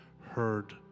heard